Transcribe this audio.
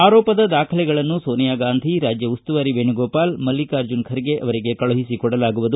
ಆರೋಪದ ದಾಖಲೆಗಳನ್ನು ಸೋನಿಯಾ ಗಾಂಧಿ ರಾಜ್ಯ ಉಸ್ತುವಾರಿ ವೇಣುಗೋಪಾಲ ಮಲ್ಲಿಕಾರ್ಜುನ ಖರ್ಗೆಗೆ ಕಳುಹಿಸಿಕೊಡಲಾಗುವುದು